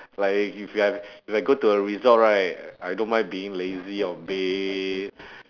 like if you have like if I go to a resort right I don't mind being lazy on bed